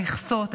המכסות,